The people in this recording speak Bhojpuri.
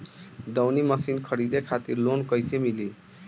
दऊनी मशीन खरीदे खातिर लोन कइसे मिली?